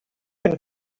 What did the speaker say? can